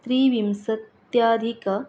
त्रिविंशत्याधिक